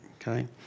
okay